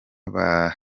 banyura